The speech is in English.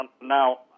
Now